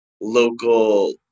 local